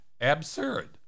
absurd